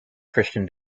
christian